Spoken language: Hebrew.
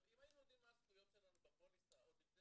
אם היינו יודעים מה הזכויות שלנו בפוליסה עוד לפני